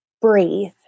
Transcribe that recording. breathe